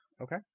Okay